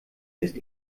ist